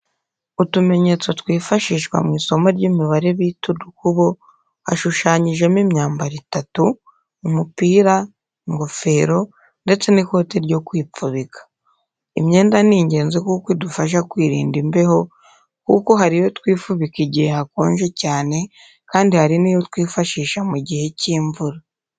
Utumenyetso twifashishwa mu isomo ry'imibare bita udukubo hashushanyijemo imyambaro itatu, umupira, ingofero ndetse n'ikoti ryo kwifubika. Imyenda ni ingenzi kuko idufasha kwirinda imbeho kuko hari iyo twifubika igihe hakonje cyane kandi hari n'iyo twifashisha mu gihe cy'imvura.